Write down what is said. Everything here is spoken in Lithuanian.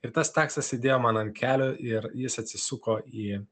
ir tas taksas sėdėjo man ant kelių ir jis atsisuko į